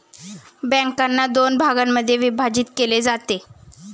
बँकांना दोन भागांमध्ये विभाजित केले जाते